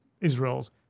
Israel's